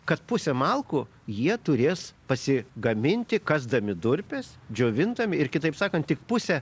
kad pusę malkų jie turės pasigaminti kasdami durpes džiovintam ir kitaip sakant tik pusę